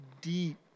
deep